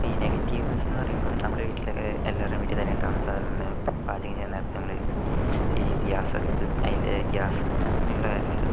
ഈ നെഗറ്റീവ്സ് എന്ന് പറയുമ്പോൾ നമ്മുടെ വീട്ടിലൊക്കെ എല്ലാവരുടെയും വീട്ടിൽ തന്നെ ഉണ്ടാക്കുന്ന സാധനം ആണ് പാചകം ചെയ്യുന്ന നേരത്ത് നമ്മള് ഈ ഗ്യാസ് അടുപ്പ് അതിൻ്റെ ഗ്യാസ് അങ്ങനെയുള്ള കാര്യങ്ങള്